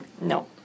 No